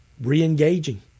re-engaging